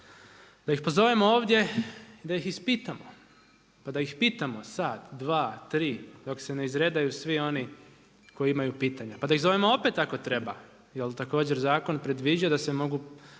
Da iz pozovemo ovdje i da ih ispitamo, pa da ih pitamo sat, dva, tri, dok se ne izredaju svi oni koji imaju pitanja, pa da ih zovemo opet ako treba, jer također zakon predviđa da se mogu